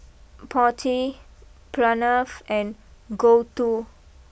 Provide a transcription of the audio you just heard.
Potti Pranav and Gouthu